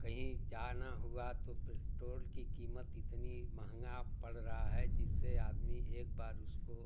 कहीं जाना हुआ तो पेट्रोल की क़ीमत इतनी महँगी पड़ रही है जिससे आदमी एक बार उसको